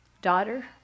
Daughter